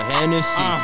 Hennessy